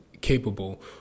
capable